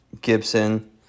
Gibson